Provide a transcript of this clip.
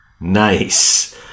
Nice